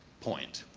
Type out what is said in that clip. point.